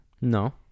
No